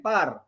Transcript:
Par